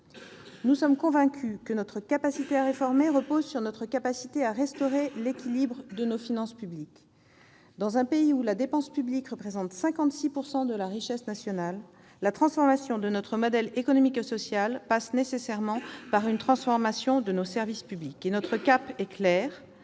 Nous sommes convaincus que notre capacité à réformer repose sur notre capacité à restaurer l'équilibre de nos finances publiques. Dans un pays où la dépense publique représente 56 % de la richesse nationale, la transformation de notre modèle économique et social passe nécessairement par une transformation de nos services publics.